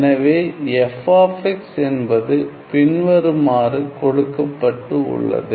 எனவே f of x என்பது பின்வருமாறு கொடுக்கப்பட்டு உள்ளது